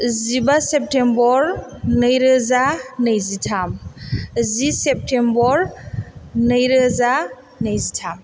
जिबा सेप्तेथेम्बर नै रोजा नैजिथाम जि सेप्तेम्बर नै रोजा नैजिथाम